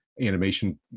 animation